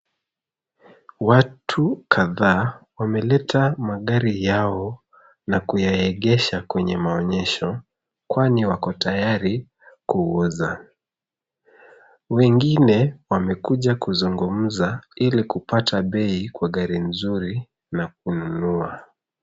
Watu kadhaa wameleta magari yao na kuyaegesha kwenye maegesho, kwani wako tayari kuuza. Wengine wamekuja kuzungumza ili kupata bei kwa gari mzuri na kununua.